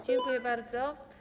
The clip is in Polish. Dziękuję bardzo.